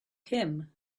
him